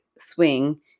swing